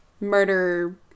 murder